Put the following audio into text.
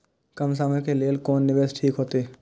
कम समय के लेल कोन निवेश ठीक होते?